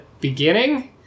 beginning